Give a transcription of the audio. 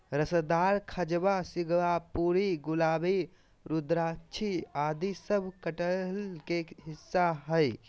रसदार, खजवा, सिंगापुरी, गुलाबी, रुद्राक्षी आदि सब कटहल के किस्म हय